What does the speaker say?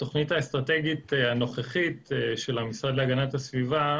התוכנית האסטרטגית הנוכחית של המשרד להגנת הסביבה